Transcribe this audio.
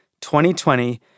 2020